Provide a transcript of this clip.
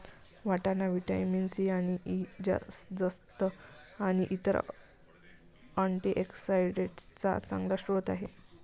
वाटाणा vitamin C आणि E, जस्त आणि इतर अँटीऑक्सिडेंट्सचा चांगला स्रोत आहे